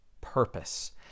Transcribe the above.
purpose